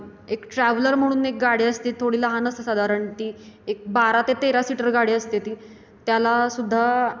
एक ट्रॅव्हलर म्हणून एक गाडी असते थोडी लहान असते साधारण ती एक बारा ते तेरा सीटर गाडी असते ती त्यालासुद्धा